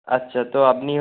আচ্ছা তো আপনি